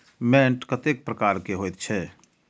मैंट कतेक प्रकार के होयत छै?